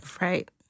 Right